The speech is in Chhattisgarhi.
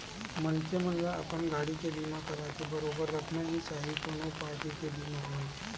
मनखे मन ल अपन गाड़ी के बीमा कराके बरोबर रखना ही चाही कोनो पारटी के बीमा होवय